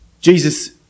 Jesus